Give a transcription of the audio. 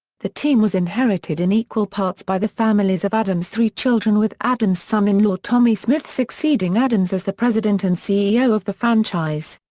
the team was inherited in equal parts by the families of adams' three children with adams' son-in-law tommy smith succeeding adams as the president and ceo of the franchise.